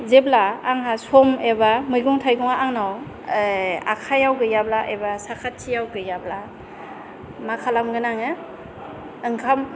जेब्ला आंहा सम एबा मैगं थाइगङा आंनाव आखायाव गैयाब्ला एबा साखाथियाव गैयाब्ला मा खालामगोन आङो ओंखाम